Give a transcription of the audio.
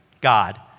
God